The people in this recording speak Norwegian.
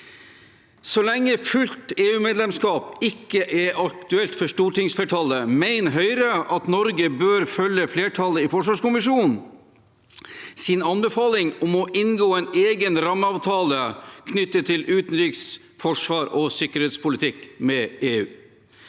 Så lenge fullt EU-medlemskap ikke er aktuelt for stortingsflertallet, mener Høyre at Norge bør følge anbefalingen fra flertallet i forsvarskommisjonen om å inngå en egen rammeavtale knyttet til utenriks-, forsvars- og sikkerhetspolitikk med EU.